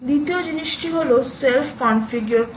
দ্বিতীয় জিনিসটি হল সেলফ কনফিগার করা